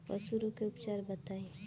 पशु रोग के उपचार बताई?